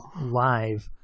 live